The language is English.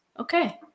Okay